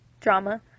drama